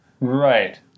Right